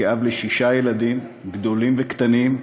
כאב לשישה ילדים גדולים וקטנים,